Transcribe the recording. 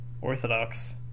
Orthodox